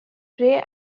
pray